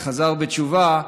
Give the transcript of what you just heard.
חזר בתשובה,